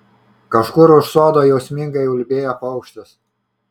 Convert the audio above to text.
kažkur už sodo jausmingai ulbėjo paukštis